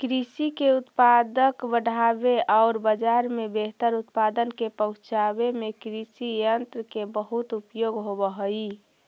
कृषि के उत्पादक बढ़ावे औउर बाजार में बेहतर उत्पाद के पहुँचावे में कृषियन्त्र के बहुत उपयोग होवऽ हई